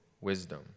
wisdom